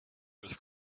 with